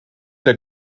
der